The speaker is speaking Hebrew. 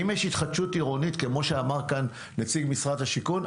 אם יש התחדשות עירונית כמו שאמר כאן נציג משרד השיכון,